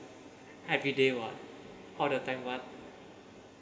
everyday [what] all the time [what]